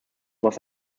was